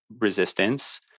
resistance